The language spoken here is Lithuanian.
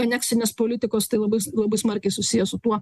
aneksinės politikos tai labai s labai smarkiai susiję su tuo